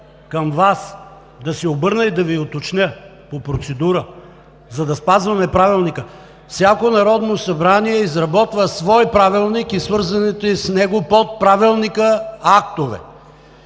към Вас, да се обърна и да Ви уточня по процедура, за да спазваме Правилника – всяко Народно събрание изработва свой правилник и свързаните с него, под правилника, актове.